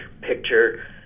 picture